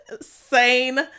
sane